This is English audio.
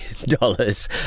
dollars